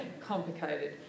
Complicated